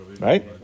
Right